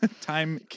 Time